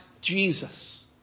Jesus